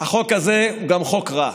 גם חוק רע.